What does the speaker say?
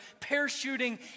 parachuting